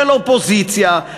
של אופוזיציה,